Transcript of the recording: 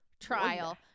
trial